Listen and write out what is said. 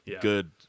good